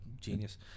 genius